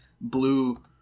blue